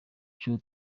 cyo